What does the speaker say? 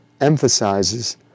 emphasizes